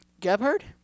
Gebhard